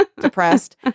depressed